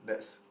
that's